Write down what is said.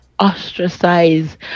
Ostracized